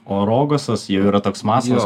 o rogasas jau yra toks masalas